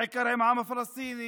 בעיקר עם העם הפלסטיני,